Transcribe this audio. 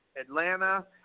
Atlanta